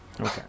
Okay